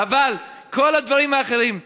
אבל את כל הדברים האחרים.